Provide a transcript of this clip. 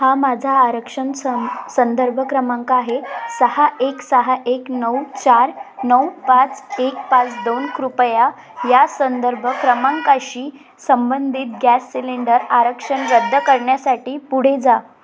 हा माझा आरक्षण सं संदर्भ क्रमांक आहे सहा एक सहा एक नऊ चार नऊ पाच एक पाच दोन कृपया या संदर्भ क्रमांकाशी संबंधित गॅस सिलेंडर आरक्षण रद्द करण्यासाठी पुढे जा